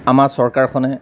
আমাৰ চৰকাৰখনে